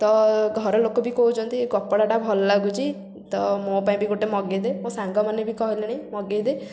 ତ ଘର ଲୋକ ବି କହୁଛନ୍ତି ଯେ କପଡ଼ାଟା ଭଲ ଲାଗୁଛି ତ ମୋ ପାଇଁ ବି ଗୋଟେ ମଗେଇ ଦେ ମୋ ସାଙ୍ଗମାନେ ବି କହିଲେଣି ମଗେଇ ଦେ